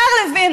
השר לוין,